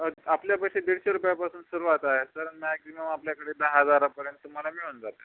आपल्यापाशी दीडशे रुपयापासून सुरुवात आहे सर मॅक्झिमम आपल्याकडे दहा हजारापर्यंत तुम्हाला मिळून जाते